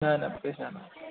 न न पेसा न